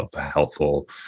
helpful